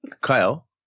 kyle